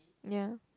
ya